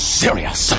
serious